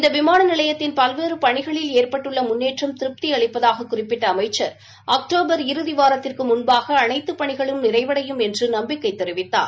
இந்த விமான நிலையத்தின் பல்வேறு பணிகளில் ஏற்பட்டுள்ள முன்னேற்றம் திருப்தி அளிப்பதாக குறிப்பிட்ட அமைச்சர் அக்டோபர் இறுதி வாரத்திற்கு முன்பாக அளைத்து பணிகளும் நிறைவடையும் என்று நம்பிக்கை தெரிவித்தார்